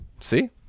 See